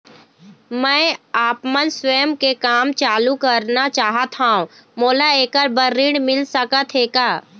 मैं आपमन स्वयं के काम चालू करना चाहत हाव, मोला ऐकर बर ऋण मिल सकत हे का?